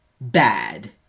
bad